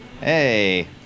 Hey